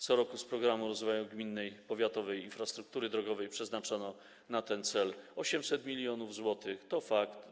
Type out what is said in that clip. Co roku z programu rozwoju gminnej, powiatowej infrastruktury drogowej przeznaczano na ten cel 800 mln zł - to fakt.